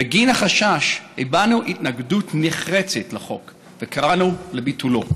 בגין החשש הבענו התנגדות נחרצת לחוק וקראנו לביטולו.